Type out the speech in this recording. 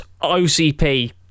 OCP